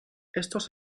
estos